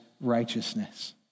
righteousness